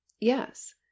Yes